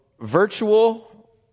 virtual